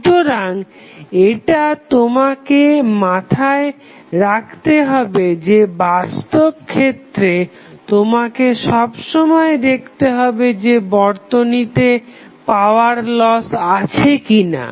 সুতরাং এটা তোমাকে মাথায় রাখতে হবে যে বাস্তব ক্ষেত্রে তোমাকে সবসময় দেখতে হবে যে বর্তনীতে পাওয়ার লস আছে কিনা